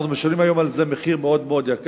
אנחנו משלמים היום על זה מחיר מאוד יקר.